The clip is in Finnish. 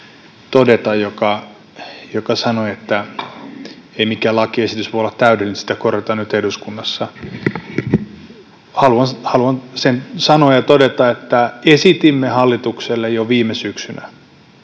Hoskoselle, joka sanoi, että ei mikään lakiesitys voi olla täydellinen, sitä korjataan nyt eduskunnassa, haluan sen sanoa ja todeta, että teimme esityksen hallituspuolueille jo viime syksynä